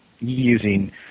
using